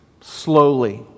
slowly